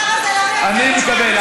השר זה לא מעניין, אני מקבל.